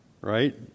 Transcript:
Right